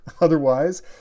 Otherwise